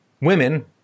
Women